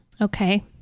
Okay